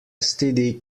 std